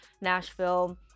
Nashville